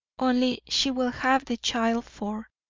only she will have the child for,